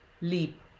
Leap